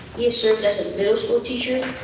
he has served as a middle school teacher,